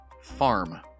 Farm